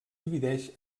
divideix